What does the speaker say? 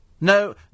No